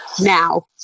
now